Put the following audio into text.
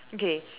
okay